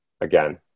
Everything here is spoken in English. again